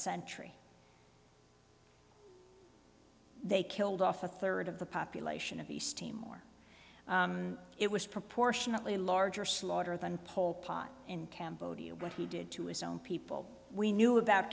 century they killed off a third of the population of east timor it was proportionately larger slaughter than pole pot in cambodia what he did to his own people we knew about